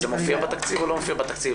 זה מופיע בתקציב או לא מופיע בתקציב?